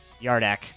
Yardak